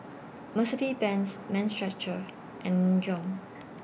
Mercedes Benz Mind Stretcher and Nin Jiom